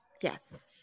yes